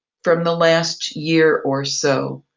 from the last year or so.